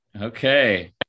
Okay